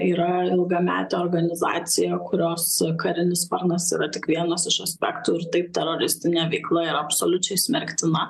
yra ilgametė organizacija kurios karinis sparnas yra tik vienas iš aspektų ir taip teroristinė veikla ir absoliučiai smerktina